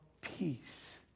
peace